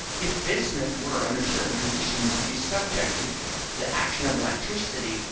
if bismuth were, under certain conditions, to be subjected to the action of electricity,